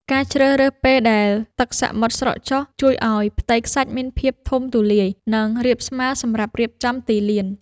ការជ្រើសរើសពេលដែលទឹកសមុទ្រស្រកចុះ ជួយឱ្យផ្ទៃខ្សាច់មានភាពធំទូលាយ និងរាបស្មើសម្រាប់រៀបចំទីលាន។